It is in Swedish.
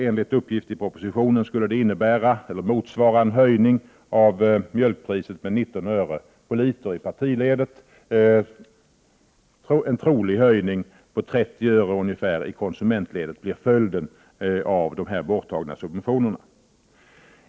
Enligt propositionen skulle detta motsvara en höjning av mjölkpriset med 19 öre per liter i partiledet. I konsumentledet skulle följden av minskningen av subventionerna troligen bli en höjning med ungefär 30 öre.